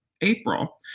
April